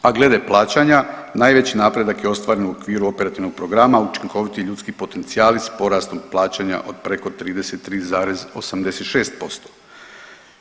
A glede plaćanja najveći napredak je ostvaren u okviru operativnog programa učinkoviti ljudski potencijali s porastom plaćanja od preko 33,86%